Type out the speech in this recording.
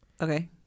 Okay